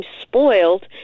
spoiled